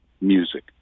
music